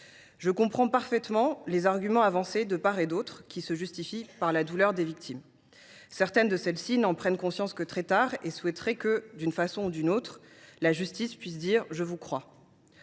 Je comprends parfaitement les arguments avancés de part et d’autre. Ils se justifient par la douleur des victimes, douleur dont certaines ne prennent conscience que très tard, qui souhaiteraient que, d’une façon ou d’une autre, la justice leur assure :« Je vous crois.